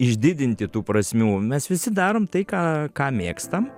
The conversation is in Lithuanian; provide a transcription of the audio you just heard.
išdidinti tų prasmių mes visi darome tai ką ką mėgstam